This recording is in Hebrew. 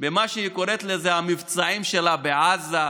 במה שהיא קוראת ה"מבצעים" שלה בעזה,